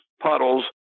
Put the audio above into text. puddles